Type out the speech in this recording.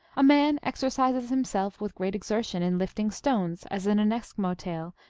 a man exercises himself with great exertion in lifting stones, as in an eskimo tale,